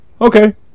Okay